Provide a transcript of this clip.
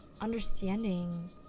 understanding